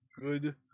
good